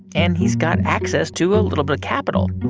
and he's got access to a little bit of capital.